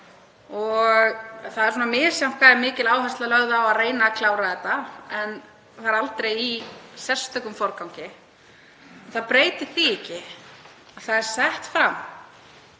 og það er svona misjafnt hvað það er mikil áhersla lögð á að reyna að klára þetta en það er aldrei í sérstökum forgangi. Það breytir því ekki að það er lagt fram